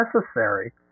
necessary